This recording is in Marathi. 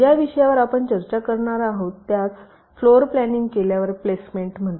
ज्या विषयावर आपण चर्चा करणार आहोत त्यास फ्लोर प्लॅनिंग केल्यावर प्लेसमेंट म्हणतात